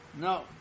No